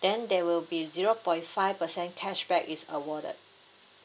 then there will be zero point five percent cashback is awarded